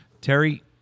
Terry